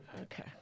Okay